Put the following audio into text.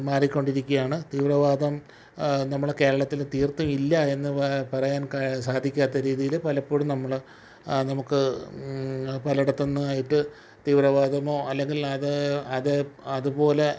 മാറിക്കൊണ്ടിരിക്കുകയാണ് തീവ്രവാദം നമ്മളുടെ കേരളത്തിൽ തീർത്തും ഇല്ല എന്ന് പറയാൻ സാധിക്കാത്ത രീതിയിൽ പലപ്പോഴും നമ്മൾ ആ നമുക്ക് പലയിടത്തുനിന്നായിട്ട് തീവ്രവാദമോ അല്ലെങ്കിൽ അത് അതെ അതുപോലെ